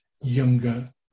younger